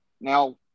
now